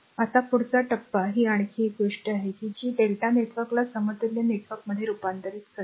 आता पुढचा टप्पा ही आणखी एक गोष्ट आहे जी Δ नेटवर्कला समतुल्य नेटवर्कमध्ये रूपांतरित करते